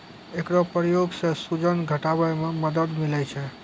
एकरो प्रयोग सें सूजन घटावै म मदद मिलै छै